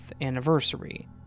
anniversary